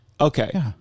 Okay